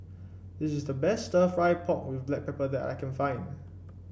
it's the best stir fry pork with Black Pepper that I can find